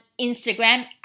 Instagram